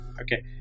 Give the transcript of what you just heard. Okay